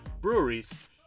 breweries